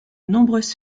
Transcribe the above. nombreuses